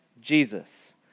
Jesus